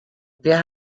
wir